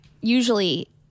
usually